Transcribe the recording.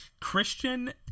christian